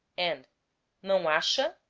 and nao acha?